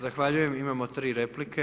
Zahvaljujem, imamo tri replike.